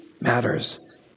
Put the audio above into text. matters